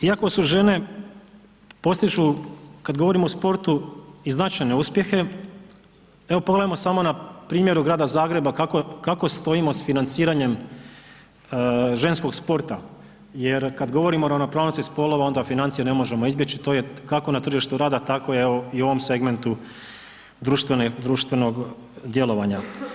Iako su žene postižu kada govorimo o sportu i značajne uspjehe, evo pogledajmo samo na primjeru Grada Zagreba kako stojimo s financiranjem ženskog sporta, jer kada govorimo o ravnopravnosti spolova onda financije ne možemo izbjeći to je kako na tržištu rada tako evo i u ovom segmentu društvenog djelovanja.